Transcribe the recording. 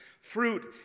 fruit